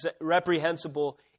reprehensible